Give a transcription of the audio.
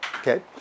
okay